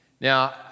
Now